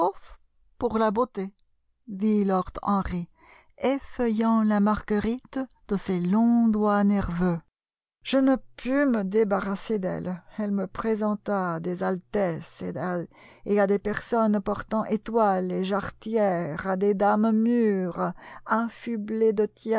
pour la beauté dit lord henry effeuillant la marguerite de ses longs doigts nerveux je ne pus me débarrasser d'elle elle me présenta à des altesses et à des personnes portant etoiles et jarretières à des dames mûres affublées de